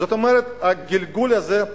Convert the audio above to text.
זאת אומרת, הגלגול הזה,